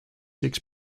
six